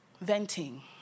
Venting